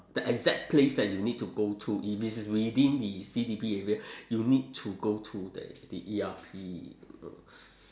the exact place that you need to go to if it's within the C_B_D area you need to go to the the E_R_P